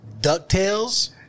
DuckTales